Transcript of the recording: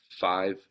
five